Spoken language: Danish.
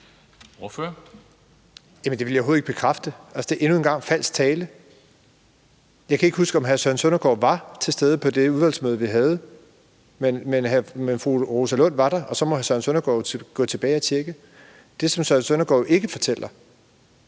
overhovedet ikke bekræfte. Altså, det er endnu engang falsk tale. Jeg kan ikke huske, om hr. Søren Søndergaard var til stede på det udvalgsmøde, vi havde, men fru Rosa Lund var der, og så må hr. Søren Søndergaard jo gå tilbage og tjekke. Det, som hr. Søren Søndergaard jo ikke fortæller,